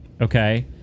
okay